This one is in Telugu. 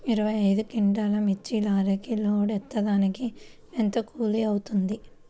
ఇరవై ఐదు క్వింటాల్లు మిర్చి లారీకి లోడ్ ఎత్తడానికి ఎంత కూలి అవుతుంది?